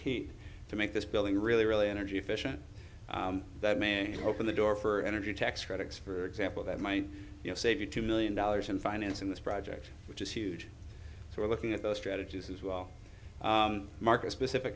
team to make this building really really energy efficient that may open the door for energy tax credits for example that might save you two million dollars in financing this project which is huge so we're looking at those strategies as well market specific